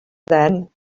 then